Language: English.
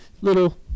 little